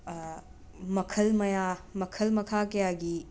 ꯃꯈꯜ ꯃꯌꯥ ꯃꯈꯜ ꯃꯈꯥ ꯀꯌꯥꯒꯤ